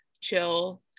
chill